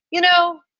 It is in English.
you know,